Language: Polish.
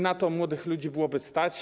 Na to młodych ludzi byłoby stać.